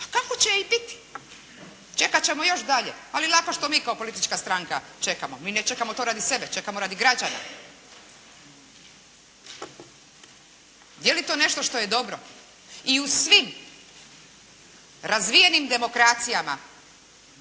Pa kako će i biti, čekati ćemo još dalje, ali lako što mi kao politička stranka čekamo, mi ne čekamo to radi sebe, čekamo radi građana. Je li to nešto što je dobro i u svim razvijenim demokracijama